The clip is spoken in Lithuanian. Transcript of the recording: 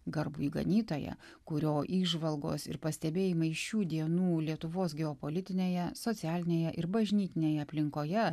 garbųjį ganytoją kurio įžvalgos ir pastebėjimai šių dienų lietuvos geopolitinėje socialinėje ir bažnytinėje aplinkoje